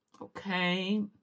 Okay